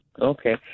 okay